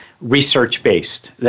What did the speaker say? research-based